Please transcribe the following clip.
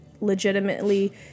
legitimately